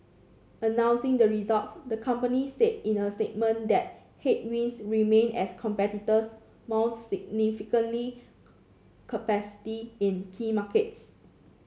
announcing the results the company said in a statement that headwinds remain as competitors mount significantly capacity in key markets